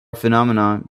phenomenon